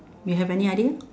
you have any idea